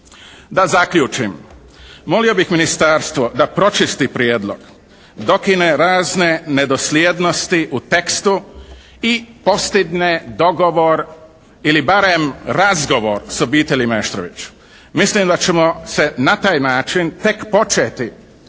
Da zaključim. Molio bih ministarstvo da pročisti prijedlog, dokine razne nedosljednosti u tekstu i postigne dogovor ili barem razgovor s obitelji Meštrović. Mislim da ćemo se na taj način tek početi